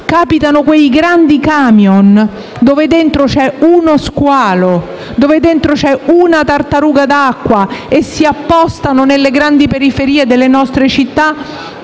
capitano quei grandi camion, dove dentro c'è uno squalo o una tartaruga d'acqua, che si appostano nelle grandi periferie delle nostre città